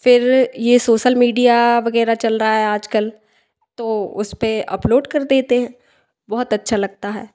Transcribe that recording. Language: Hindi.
फिर ये सोसल मीडिया वगैरह चल रहा है आज कल तो उस पर अपलोड कर देते हैं बहुत अच्छा लगता है